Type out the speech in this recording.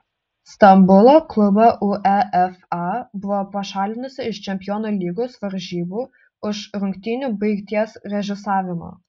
stambulo klubą uefa buvo pašalinusi iš čempionų lygos varžybų už rungtynių baigties režisavimą